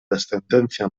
descendencia